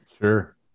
Sure